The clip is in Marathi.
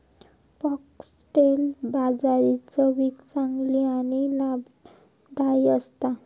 फॉक्स्टेल बाजरी चवीक चांगली आणि लाभदायी असता